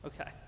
Okay